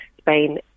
Spain